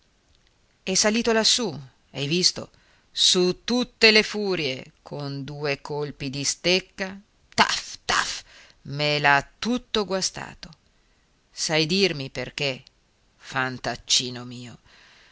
è salito lassù hai visto su tutte le furie e con due colpi di stecca taf taf me l'ha tutto guastato sai dirmi perché fantaccino mio